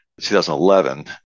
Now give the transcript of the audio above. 2011